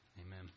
Amen